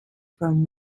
from